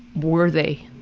worthy.